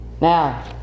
Now